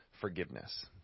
forgiveness